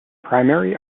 primary